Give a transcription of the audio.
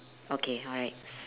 okay alrights